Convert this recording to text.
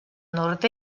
nord